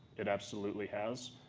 it absolutely has.